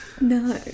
No